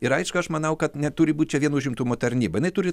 ir aišku aš manau kad neturi būt čia vien užimtumo tarnyba jinai turi